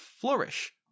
flourish